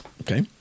Okay